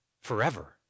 forever